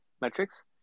metrics